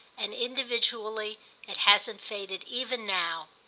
and, individually, it hasn't faded even now.